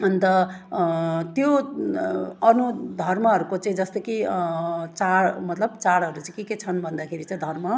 अन्त त्यो अरू धर्महरूको चाहिँ जस्तो कि चाड मतलब चाडहरू चाहिँ के के छन् भन्दाखेरि चाहिँ धर्म